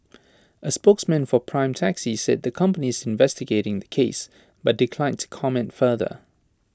A spokesman for prime taxi said that the company is investigating the case but declined to comment further